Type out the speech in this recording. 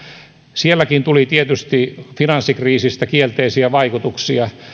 sielläkin tuli tietysti finanssikriisistä kielteisiä vaikutuksia